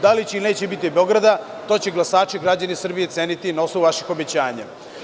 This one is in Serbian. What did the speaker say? Da li će ili neće biti Beograda, to će glasači, građani Srbije ceniti na osnovu vaših obećanja.